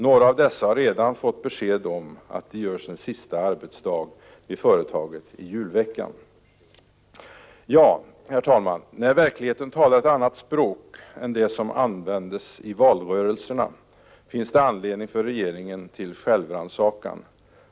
Några av dessa har redan fått besked om att de gör sin sista arbetsdag vid företaget i julveckan. Ja, herr talman, när verkligheten talar ett annat språk än det som används i valrörelserna, finns det anledning för regeringen till självrannsakan.